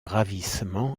ravissement